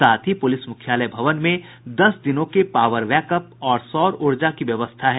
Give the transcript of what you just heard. साथ ही पुलिस मुख्यालय भवन में दस दिनों के पावर बैकअप और सौर ऊर्जा की व्यवस्था है